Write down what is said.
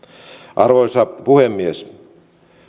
arvoisa puhemies